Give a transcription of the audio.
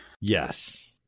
Yes